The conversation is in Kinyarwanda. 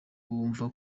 bakumva